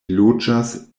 loĝas